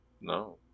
No